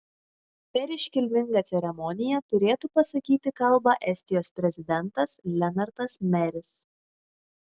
per iškilmingą ceremoniją turėtų pasakyti kalbą estijos prezidentas lenartas meris